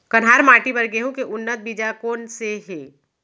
कन्हार माटी बर गेहूँ के उन्नत बीजा कोन से हे?